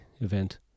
event